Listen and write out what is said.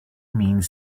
means